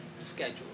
schedule